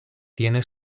tiene